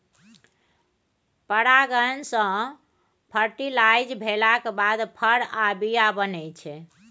परागण सँ फर्टिलाइज भेलाक बाद फर आ बीया बनै छै